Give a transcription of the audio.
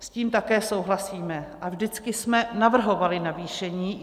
S tím také souhlasíme a vždycky jsme navrhovali navýšení.